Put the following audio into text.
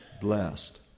blessed